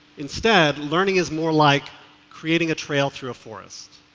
instead learning is more like creating a trail through a forest.